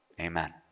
Amen